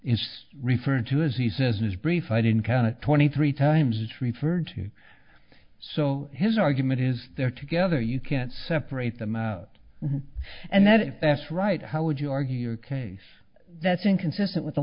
is referred to as he says his brief i didn't count to twenty three times it's referred to so his argument is there together you can't separate them out and that is best right how would you argue your case that's inconsistent with the